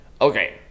Okay